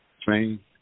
Train